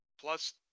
Plus